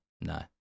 no